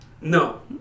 no